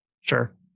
Sure